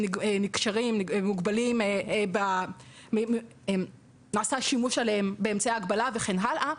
נקשרים או שנעשה עליהם שימוש באמצעי הגבלה וכן הלאה.